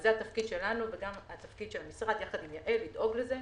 זה התפקיד שלנו וגם התפקיד של המשרד יחד עם יעל לדאוג לזה.